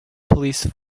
police